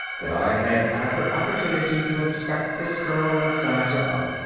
that i'd had adequate opportunity to inspect this girl and size her up,